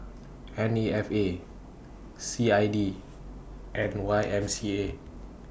N A F A C I D and Y M C A